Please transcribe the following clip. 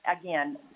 again